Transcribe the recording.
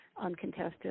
uncontested